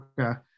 Okay